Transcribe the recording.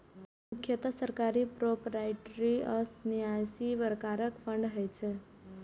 मुख्यतः सरकारी, प्रोपराइटरी आ न्यासी प्रकारक फंड होइ छै